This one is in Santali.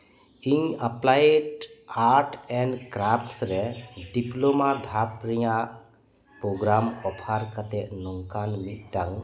ᱤᱧ ᱟᱯᱞᱟᱭᱮᱴ ᱟᱴ ᱮᱱᱰ ᱠᱨᱟᱯᱥ ᱨᱮ ᱰᱤᱯᱞᱳᱢᱟ ᱫᱷᱟᱯ ᱨᱮᱭᱟᱜ ᱯᱨᱳᱜᱽᱜᱨᱟᱢ ᱚᱯᱷᱟᱨ ᱠᱟᱛᱮᱫ ᱱᱚᱝᱠᱟᱱ ᱢᱤᱫᱴᱟᱝ